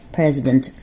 President